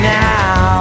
now